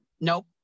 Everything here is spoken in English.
nope